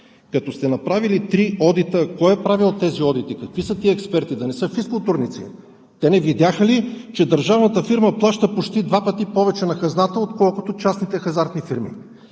Като сте направили три одита, кой е правил тези одити? Какви са тези експерти? Да не са физкултурници?! Те не видяха ли, че държавната фирма плаща почти два пъти повече на хазната, отколкото частните хазартни фирми?